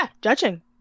judging